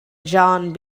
john